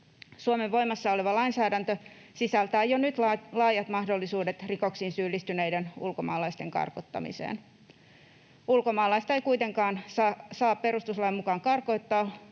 Suomen voimassa oleva lainsäädäntö sisältää jo nyt laajat mahdollisuudet rikoksiin syyllistyneiden ulkomaalaisten karkottamiseen. Ulkomaalaista ei kuitenkaan saa perustuslain mukaan karkottaa,